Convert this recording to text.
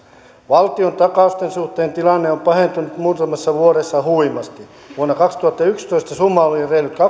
valtiontakausten suhteen tilanne on pahentunut muutamassa vuodessa huimasti vuonna kaksituhattayksitoista summa oli reilut